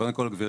קודם כל גבירתי,